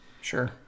sure